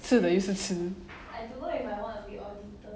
吃了又是吃